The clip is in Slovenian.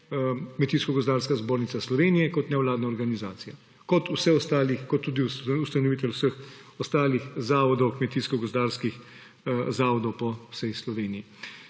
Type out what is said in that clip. Kmetijsko gozdarska zbornica Slovenije kot nevladna organizacija, enako kot tudi ustanovitelj vseh ostalih kmetijsko-gozdarskih zavodov po vsej Sloveniji.